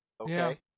Okay